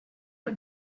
out